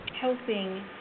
helping